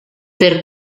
per